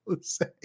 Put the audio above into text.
say